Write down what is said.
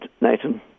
Nathan